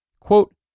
Quote